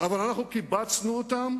אבל אנחנו קיבצנו אותם